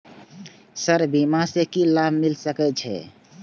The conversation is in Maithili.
सर बीमा से की लाभ मिल सके छी?